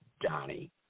Donnie